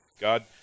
God